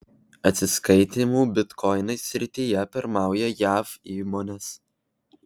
atsiskaitymų bitkoinais srityje pirmauja jav įmonės